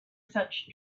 such